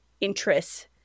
interests